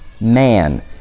man